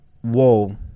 Whoa